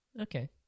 Okay